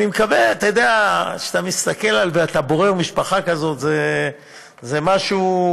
כשאתה בורר משפחה כזאת, זה משהו